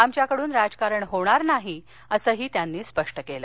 आमच्याकडून राजकारण होणार नाही असंही त्यांनी स्पष्ट केलं